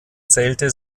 zählte